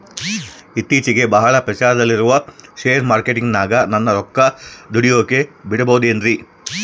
ಇತ್ತೇಚಿಗೆ ಬಹಳ ಪ್ರಚಾರದಲ್ಲಿರೋ ಶೇರ್ ಮಾರ್ಕೇಟಿನಾಗ ನನ್ನ ರೊಕ್ಕ ದುಡಿಯೋಕೆ ಬಿಡುಬಹುದೇನ್ರಿ?